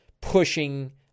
pushing